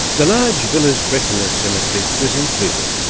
the large villers-brettoneux cemetery was included,